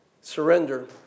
surrender